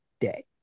day